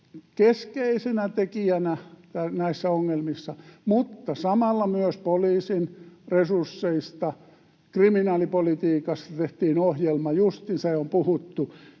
keskeisenä tekijänä näissä ongelmissa, mutta samalla myös poliisin resursseista ja kriminaalipolitiikasta tehtiin ohjelma just, ja myös